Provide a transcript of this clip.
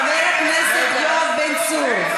חבר הכנסת יואב בן צור.